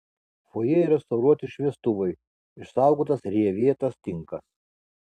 fojė restauruoti šviestuvai išsaugotas rievėtas tinkas